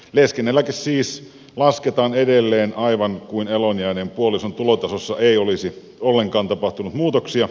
leskeneläke siis lasketaan edelleen aivan kuin eloon jääneen puolison tulotasossa ei olisi ollenkaan tapahtunut muutoksia